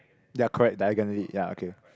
ya correct diagonally ya okay